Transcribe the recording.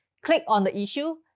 click on the issue.